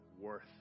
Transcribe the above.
worth